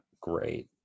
great